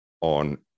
on